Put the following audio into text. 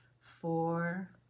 four